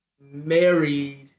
married